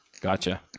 Gotcha